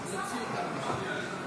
למי שעוקב אחרי העמודים,